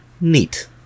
Neat